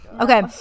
Okay